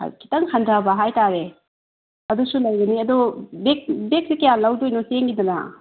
ꯈꯤꯇꯪ ꯍꯟꯊꯕ ꯍꯥꯏꯕꯇꯥꯔꯦ ꯑꯗꯨꯁꯨ ꯂꯩꯒꯅꯤ ꯑꯗꯣ ꯕꯦꯛꯇ ꯀꯌꯥ ꯂꯧꯗꯣꯏꯅꯣ ꯆꯦꯡꯒꯤꯗꯅ